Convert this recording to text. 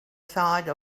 side